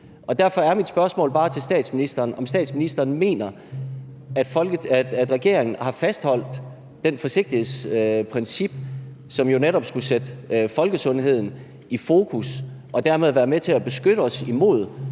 Derfor er mit spørgsmål til statsministeren bare, om statsministeren mener, at regeringen har fastholdt det forsigtighedsprincip, som jo netop skulle sætte folkesundheden i fokus og dermed være med til at beskytte os imod